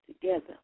together